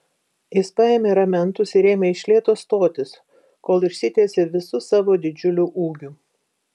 jis paėmė ramentus ir ėmė iš lėto stotis kol išsitiesė visu savo didžiuliu ūgiu